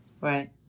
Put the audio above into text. right